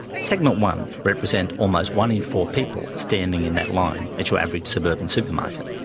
segment one represent almost one in four people standing in that line at your average suburban supermarket.